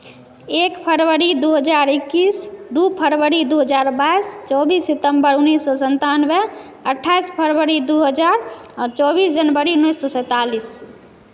एक फरवरी दू हजार एकैस दू फरवरी दू हजार बाइस चौबीस सितम्बर उन्नैस सए सन्तानबे अठाइस फरवरी दू हजार आ चौबीस जनवरी उन्नैस सए सैंतालिस